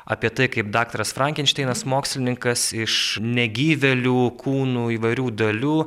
apie tai kaip daktaras frankenšteinas mokslininkas iš negyvėlių kūnų įvairių dalių